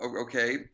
okay